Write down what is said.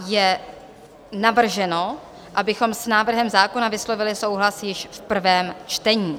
Je navrženo, abychom s návrhem zákona vyslovili souhlas již v prvém čtení.